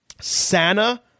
Santa